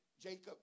Jacob